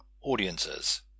audiences